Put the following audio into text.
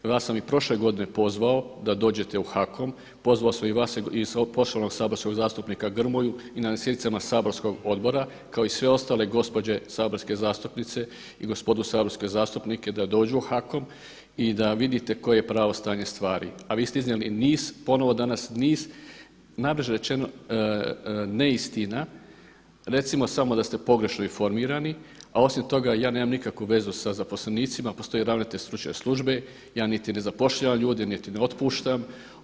I vas sam i prošle godine pozvao da dođete u HAKOM, pozvao sam i vas i poštovanog saborskog zastupnika Grmoju i na sjednicama saborskog odbora kao i sve ostale gospođe saborske zastupnice i gospodu saborske zastupnike da dođu u HAKOM i da vidite koje je pravo stanje stvari a vi ste iznijeli niz, ponovo danas niz, najblaže rečeno neistina, recimo samo da ste pogrešno informirani a osim toga ja nemam nikakvu vezu sa zaposlenicima, postoji ravnatelj stručne službe, ja niti ne zapošljavam ljude niti ne otpuštam.